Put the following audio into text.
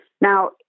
Now